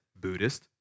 Buddhist